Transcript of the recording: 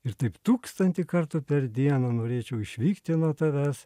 ir taip tūkstantį kartų per dieną norėčiau išvykti nuo tavęs